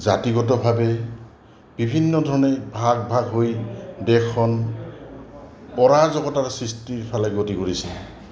জাতিগতভাৱে বিভিন্ন ধৰণে ভাগ ভাগ হৈ দেশখন পৰাজগতাৰ সৃষ্টিৰ ফালে গতি কৰিছে